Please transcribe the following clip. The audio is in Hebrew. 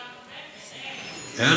כבר נובמבר, איך?